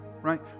right